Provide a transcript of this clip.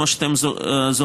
כמו שאתם זוכרים,